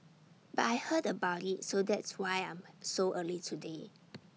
but I heard about IT so that's why I'm so early today